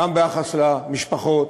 גם ביחס למשפחות,